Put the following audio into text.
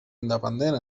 independent